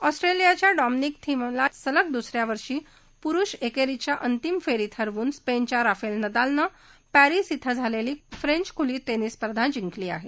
ऑस्ट्रिखियाच्या Dominic Thiem ला सलग दुसऱ्या वर्षी पुरुष एकेरीच्या अंतिम फेरीत हरवून स्पेनच्या राफेल नदालनं पॅरिस इथं झालेली फ्रेंच खुली टेनीस स्पर्धा जिंकली आहे